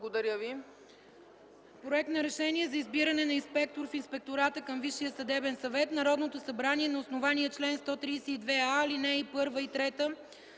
Благодаря Ви,